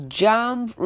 jump